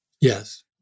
Yes